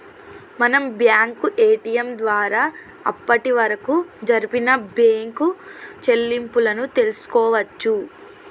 మనం bank ATM ద్వారా అప్పటివరకు జరిపిన బ్యేంకు చెల్లింపులను తెల్సుకోవచ్చు